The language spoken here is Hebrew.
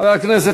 חבר הכנסת